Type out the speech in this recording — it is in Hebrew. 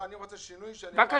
אני רוצה שינוי במטרות.